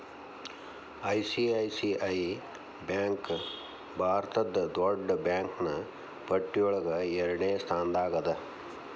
ICICI bank ಭಾರತದ್ ದೊಡ್ಡ್ ಬ್ಯಾಂಕಿನ್ನ್ ಪಟ್ಟಿಯೊಳಗ ಎರಡ್ನೆ ಸ್ಥಾನ್ದಾಗದ